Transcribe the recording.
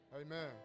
amen